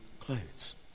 clothes